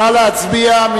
נא להצביע.